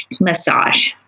massage